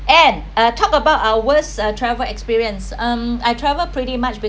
and uh talk about our worst uh travel experience um I travelled pretty much with